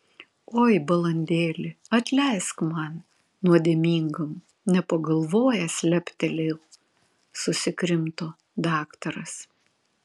oi balandėli atleisk man nuodėmingam nepagalvojęs leptelėjau susikrimto daktaras